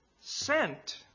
sent